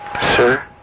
Sir